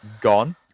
gone